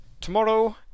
Tomorrow